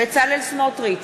בצלאל סמוטריץ,